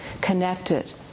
connected